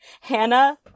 hannah